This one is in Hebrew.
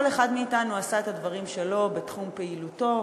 כל אחד מאתנו עשה את הדברים שלו בתחום פעילותו,